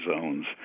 Zones